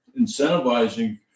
incentivizing